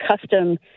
custom